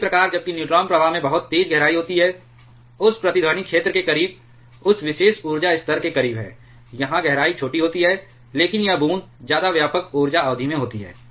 और इसी प्रकार जबकि न्यूट्रॉन प्रवाह में बहुत तेज गहराई होती है उस प्रतिध्वनि क्षेत्र के करीब उस विशेष ऊर्जा स्तर के करीब है यहां गहराई छोटी होती है लेकिन यह बूंद ज्यादा व्यापक ऊर्जा अवधि में होती है